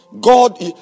God